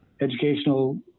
educational